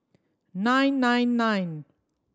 nine nine nine